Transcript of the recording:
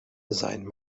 sein